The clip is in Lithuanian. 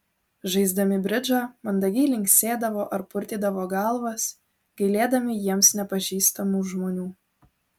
žaisdami bridžą mandagiai linksėdavo ar purtydavo galvas gailėdami jiems nepažįstamų žmonių